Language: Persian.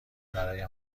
برای